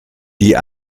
die